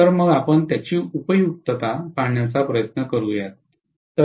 तर मग आपण त्याची उपयुक्तता पाहण्याचा प्रयत्न करू